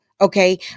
okay